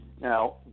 Now